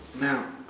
now